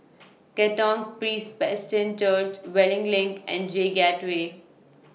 Katong Church Wellington LINK and J Gateway